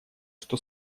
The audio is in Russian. что